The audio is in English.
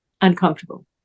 uncomfortable